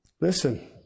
Listen